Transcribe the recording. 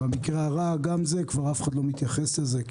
במקרה הרע גם זה כבר אף אחד לא מתייחס לזה,